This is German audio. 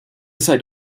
seid